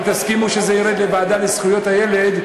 אם תסכימו שזה ירד לוועדה לזכויות הילד,